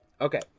Okay